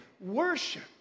worship